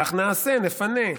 כך נעשה, נפנה.